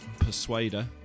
Persuader